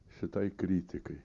šitai kritikai